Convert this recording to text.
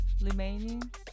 remaining